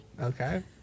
Okay